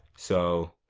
so